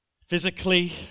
physically